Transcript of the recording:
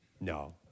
No